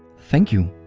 thank you!